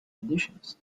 traditions